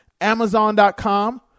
Amazon.com